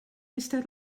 eistedd